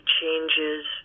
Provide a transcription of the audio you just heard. changes